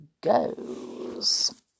goes